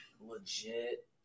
Legit